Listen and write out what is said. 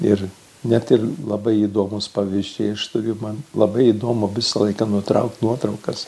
ir net ir labai įdomūs paviršiai aš turiu man labai įdomu visą laiką nutraukti nuotraukas